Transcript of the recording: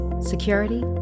security